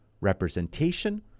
representation